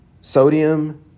sodium